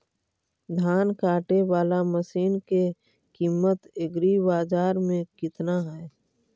धान काटे बाला मशिन के किमत एग्रीबाजार मे कितना है?